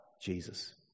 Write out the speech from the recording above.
Jesus